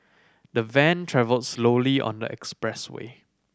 the van travelled slowly on the expressway